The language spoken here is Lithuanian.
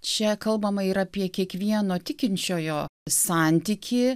čia kalbama ir apie kiekvieno tikinčiojo santykį